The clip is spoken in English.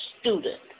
student